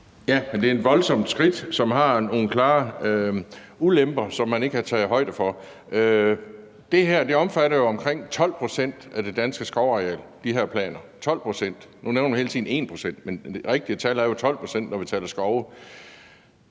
Ja, men det er voldsomme skridt, som har nogle klare ulemper, som man ikke har taget højde for. De her planer omfatter jo omkring 12 pct. af det danske skovareal – 12 pct. Nu nævner man hele tiden 1 pct., men det rigtige tal er jo 12 pct., når vi taler skove.